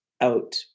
out